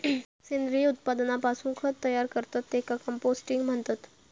सेंद्रिय उत्पादनापासून खत तयार करतत त्येका कंपोस्टिंग म्हणतत